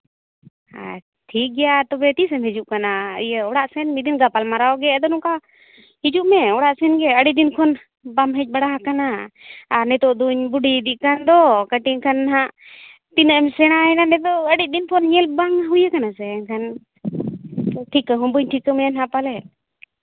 ᱟᱨ ᱴᱷᱤᱠ ᱜᱮᱭᱟ ᱛᱚᱵᱮ ᱛᱤᱥ ᱮᱢ ᱦᱤᱡᱩᱜ ᱠᱟᱱᱟ ᱤᱭᱟᱹ ᱚᱲᱟᱜ ᱥᱮᱱ ᱢᱤᱫ ᱫᱤᱱ ᱜᱟᱯᱟᱞ ᱢᱟᱨᱟᱣ ᱜᱮ ᱟᱫᱚ ᱱᱚᱝᱠᱟ ᱦᱤᱡᱩᱜ ᱢᱮ ᱚᱲᱟᱜ ᱥᱮᱱ ᱜᱮ ᱟᱹᱰᱤ ᱫᱤᱱ ᱠᱷᱚᱱᱵᱟᱢ ᱦᱮᱡ ᱵᱟᱲᱟ ᱟᱠᱟᱱᱟ ᱟᱨ ᱱᱤᱛᱚᱜ ᱫᱚᱧ ᱵᱩᱰᱷᱤ ᱤᱫᱤᱜ ᱠᱟᱱ ᱫᱚ ᱠᱟᱹᱴᱤᱡ ᱠᱷᱟᱱ ᱦᱟᱸᱜ ᱛᱤᱱᱟᱹᱜ ᱮᱢ ᱥᱮᱬᱟᱭᱮᱱᱟ ᱱᱤᱛᱚᱜ ᱟᱹᱰᱤ ᱫᱤᱱ ᱯᱚᱨ ᱧᱮᱞ ᱵᱟᱝ ᱦᱩᱭ ᱟᱠᱟᱱᱟ ᱥᱮ ᱮᱱᱠᱷᱟᱱ ᱴᱷᱤᱠᱟᱹ ᱦᱚᱸ ᱵᱟᱹᱧ ᱴᱷᱟᱹᱠᱟᱹ ᱢᱮᱭᱟ ᱯᱟᱞᱮᱜ